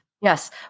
Yes